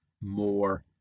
more